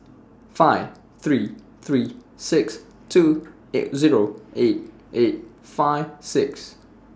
five three three six two eight Zero eight eight five six